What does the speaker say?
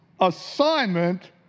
assignment